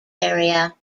area